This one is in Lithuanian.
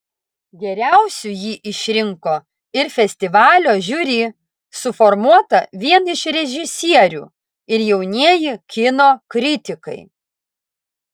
geriausiu jį išrinko ir festivalio žiuri suformuota vien iš režisierių ir jaunieji kino kritikai